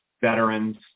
veterans